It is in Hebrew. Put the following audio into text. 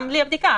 גם בלי הבדיקה.